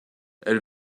elle